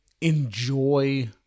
enjoy